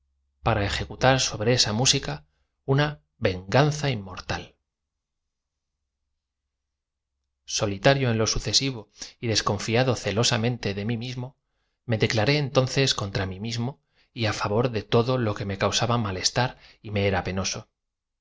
para ejecutar sobre cata msi ca una venganza inmortal solitario en lo sucesivo y desconfiando celosamente de m i mismo me declararé entonces contra m i m is mo y d favor de todo lo que me causaba malestar y me era penoso